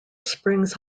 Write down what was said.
springs